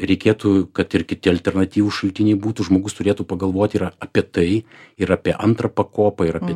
reikėtų kad ir kiti alternatyvūs šaltiniai būtų žmogus turėtų pagalvoti yra apie tai ir apie antrą pakopą ir apie